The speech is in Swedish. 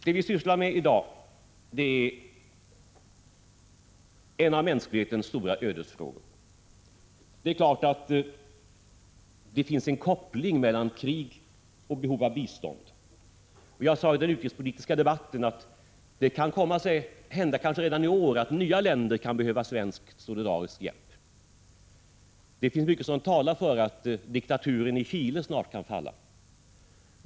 Debatten i dag gäller en av mänsklighetens stora ödesfrågor. Det är klart att det finns en koppling mellan krig och behov av bistånd. Jag sade i den utrikespolitiska debatten att det kan hända redan i år att nya länder behöver svensk solidarisk hjälp. Det finns mycket som talar för att diktaturen i Chile snart kan falla.